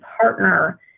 partner